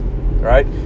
right